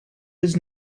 his